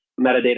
metadata